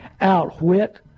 outwit